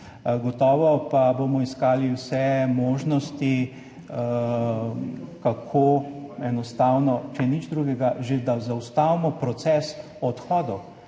Gotovo pa bomo iskali vse možnosti, enostavno, če nič drugega, že da zaustavimo proces odhodov.